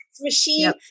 machine